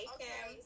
Okay